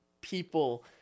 people